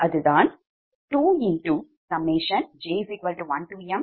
அதுதான் 2j1mPgjBij